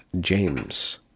James